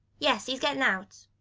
yes, he's getting out.